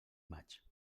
maig